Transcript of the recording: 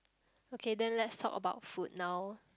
okay then let's talk about food now